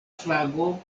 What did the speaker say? flago